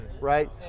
right